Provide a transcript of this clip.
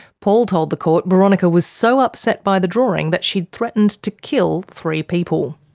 paul told the court boronika was so upset by the drawing that she'd threatened to kill three people.